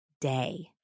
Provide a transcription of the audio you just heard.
day